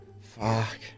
Fuck